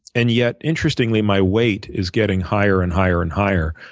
and yet interestingly, my weight is getting higher and higher and higher.